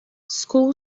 school